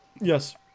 Yes